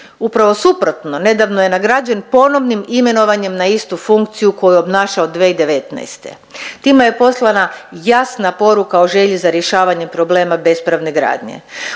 upravo suprotno nedavno je nagrađen ponovnim imenovanjem na istu funkciju koju je obnašao 2019.. Time je poslana jasna poruka o želji za rješavanjem problema bespravne gradnje.